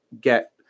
get